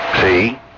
See